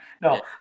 No